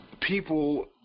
people